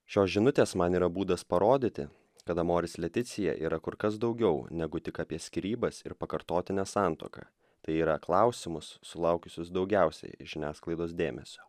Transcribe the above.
šios žinutės man yra būdas parodyti kada amoris leticija yra kur kas daugiau negu tik apie skyrybas ir pakartotinę santuoką tai yra klausimus sulaukusius daugiausiai žiniasklaidos dėmesio